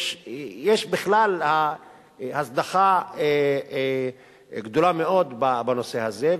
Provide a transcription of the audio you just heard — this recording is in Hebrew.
יש בכלל הזנחה גדולה מאוד בנושא הזה.